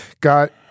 got –